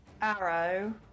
arrow